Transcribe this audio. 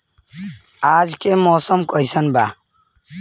आज के मौसम कइसन बा?